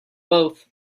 both